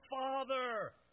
Father